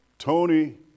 Tony